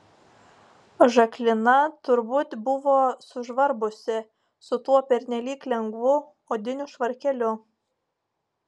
žaklina turbūt buvo sužvarbusi su tuo pernelyg lengvu odiniu švarkeliu